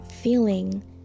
feeling